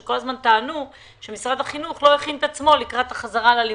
שכל הזמן טענו שמשרד החינוך לא הכין את עצמו לקראת החזרה ללימודים.